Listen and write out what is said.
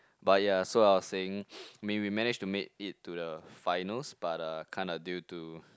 but ya so I was saying I mean we managed to made it to the finals but uh kind of due to